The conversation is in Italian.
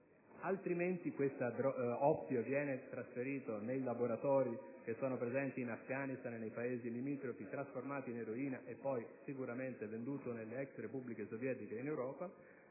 che questo altro oppio verrà trasferito nei laboratori che sono presenti in Afghanistan e nei Paesi limitrofi, trasformato in eroina per essere poi sicuramente venduto nelle *ex* Repubbliche sovietiche e in Europa.